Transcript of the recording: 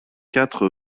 quatre